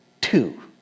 Two